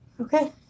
Okay